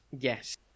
Yes